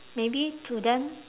maybe to them